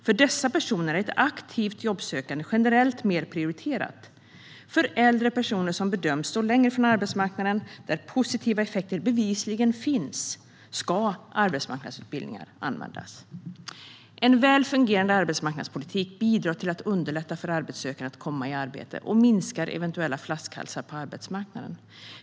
För dessa personer är ett aktivt jobbsökande generellt mer prioriterat. För äldre personer som bedöms stå längre ifrån arbetsmarknaden, där positiva effekter bevisligen finns, ska arbetsmarknadsutbildningar användas. En väl fungerande arbetsmarknadspolitik bidrar till att underlätta för arbetssökande att komma i arbete och minskar eventuella flaskhalsar på arbetsmarknaden.